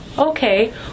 okay